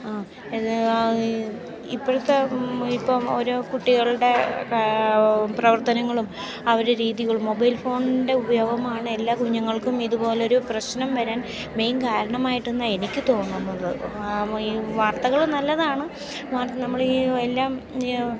ആ ഇപ്പോഴത്തെ ഇപ്പം ഓരോ കുട്ടികളുടെ പ്രവർത്തനങ്ങളും ആ ഒരു രീതികളും മൊബൈൽ ഫോണിൻ്റെ ഉപയോഗമാണ് എല്ലാ കുഞ്ഞുങ്ങൾക്കും ഇതുപോലൊ ഒരു പ്രശ്നം വരാൻ മെയിൻ കാരണമായിട്ട് എന്നാണ് എനിക്ക് തോന്നുന്നത് ഈ വാർത്തകൾ നല്ലതാണ് നമ്മൾ ഈ എല്ലാം